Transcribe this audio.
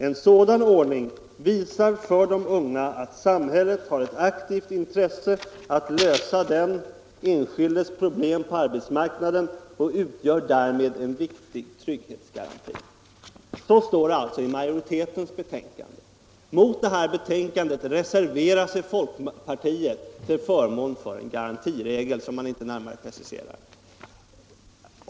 En sådan ordning visar för de unga att samhället har ett aktivt intresse att lösa den enskildes problem på arbetsmarknaden och utgör därmed en viktig trygghetsgaranti.” Så står det i majoritetens betänkande. Mot betänkandet reserverar sig folkpartiet till förmån för en garantiregel som man inte närmare preciserar.